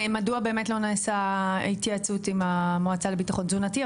מדוע באמת לא נעשתה התייעצות עם המועצה לביטחון תזונתי?